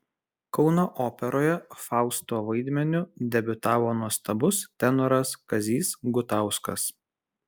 kauno operoje fausto vaidmeniu debiutavo nuostabus tenoras kazys gutauskas